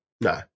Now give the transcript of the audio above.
No